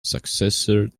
successor